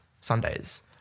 Sundays